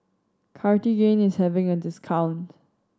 Cartigain is having a discount